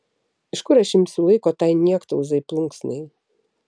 iš kur aš imsiu laiko tai niektauzai plunksnai